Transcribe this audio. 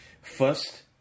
first